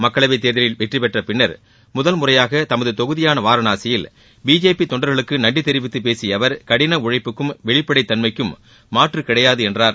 மக்களவைத் தேர்தலில் வெற்றிபெற்ற பின்னா் முதல் முறையாக தமது தொகுதியான வாரணாசியில் பிஜேபி தொண்டர்களுக்கு நன்றி தெரிவித்து பேசிய அவர் கிடன உழைப்புக்கும் வெளிப்படைத் தன்மைக்கும் மாற்று கிடையாது என்றார்